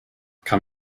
kann